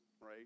right